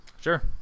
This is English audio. Sure